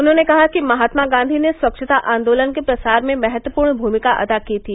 उन्होंने कहा कि महात्मा गांधी ने स्वच्छता आंदोलन के प्रसार में महत्वपूर्ण भूमिका अदा की थी